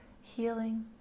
healing